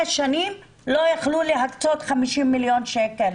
שנים לא יכלו להקצות 50 מיליון שקלים.